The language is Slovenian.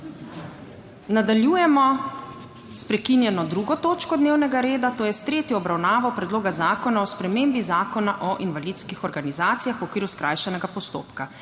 Nadaljujemo s prekinjeno 2. točko dnevnega reda, to je s tretjo obravnavo Predloga zakona o spremembi Zakona o invalidskih organizacijah v okviru skrajšanega postopka.